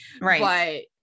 Right